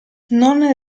non